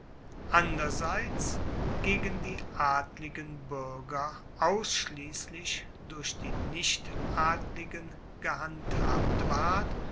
anderseits gegen die adligen buerger ausschliesslich durch die nicht adligen gehandhabt ward